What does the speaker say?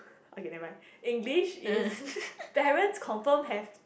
okay never mind English is parents confirm have